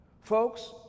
folks